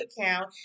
account